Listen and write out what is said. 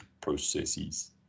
processes